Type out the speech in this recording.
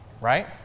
Right